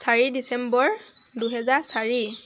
চাৰি ডিচেম্বৰ দুহেজাৰ চাৰি